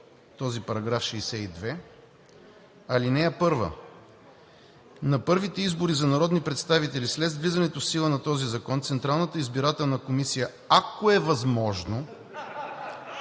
този § 62, ал. 1: „На първите избори за народни представители след влизането в сила на този закон Централната избирателна комисия, ако е възможно